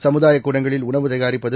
சமுதாய கூடங்களில் உணவு தயாரிப்பது